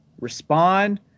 respond